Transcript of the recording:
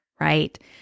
right